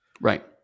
Right